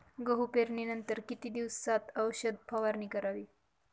गहू पेरणीनंतर किती दिवसात औषध फवारणी करावी?